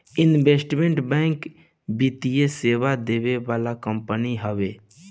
investment bank वित्तीय सेवा देवे वाला कंपनी हवे